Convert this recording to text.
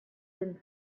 been